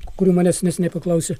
kurių manęs neseniai paklausė